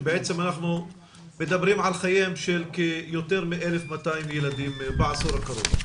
שלמעשה אנחנו מדברים על חייהם של יותר מ-1,200 ילדים בעשור הקרוב.